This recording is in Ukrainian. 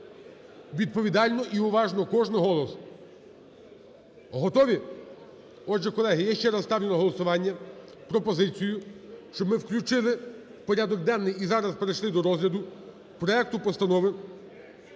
відповідально і уважно, кожен голос. Готові? Отже, колеги, я ще раз ставлю на голосування пропозицію, щоб ми включили в порядок денний і зараз перейшли до розгляду проекту Постанови